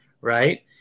right